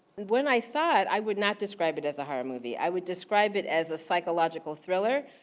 when i saw it, i would not describe it as a horror movie. i would describe it as a psychological thriller.